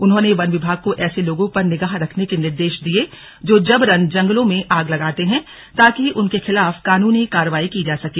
उन्होंने वन विभाग को ऐसे लोगों पर निगाह रखने के निर्देश दिये जो जबरन जंगलों में आग लगाते हैं ताकि उनके खिलाफ कानूनी कार्रवाई की जा सके